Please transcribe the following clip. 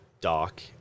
dock